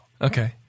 Okay